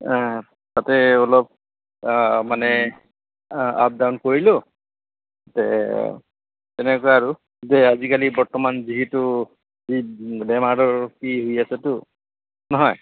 অঁ তাতে অলপ মানে আপ ডাউন কৰিলোঁ তে তেনেকুৱা আৰু যে আজিকালি বৰ্তমান যিহেতু এই বেমাৰৰ কি হৈ আছেতো নহয়